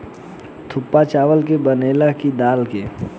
थुक्पा चावल के बनेला की दाल के?